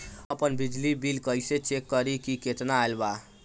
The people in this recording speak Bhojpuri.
हम आपन बिजली बिल कइसे चेक करि की केतना आइल बा?